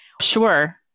Sure